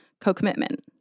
co-commitment